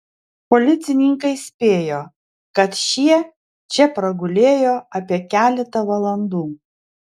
policininkai spėjo kad šie čia pragulėjo apie keletą valandų